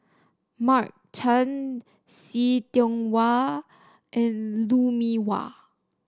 Mark Chan See Tiong Wah and Lou Mee Wah